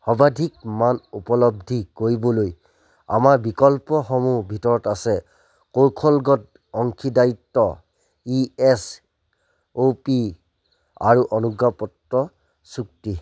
সৰ্বাধিক মান উপলব্ধি কৰিবলৈ আমাৰ বিকল্পসমূহৰ ভিতৰত আছে কৌশলগত অংশীদাৰীত্ব ই এছ অ' পি আৰু অনুজ্ঞাপত্ৰ চুক্তি